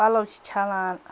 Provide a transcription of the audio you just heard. پَلو چھِ چھَلان